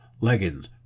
leggings